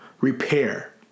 repair